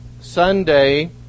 Sunday